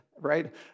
right